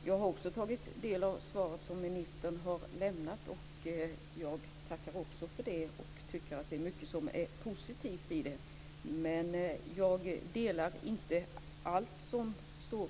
Fru talman! Också jag har tagit del av svaret som ministern har lämnat, och jag tackar för det. Det fanns mycket positivt i svaret. Men jag håller inte med om allt som står